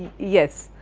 yes,